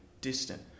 distant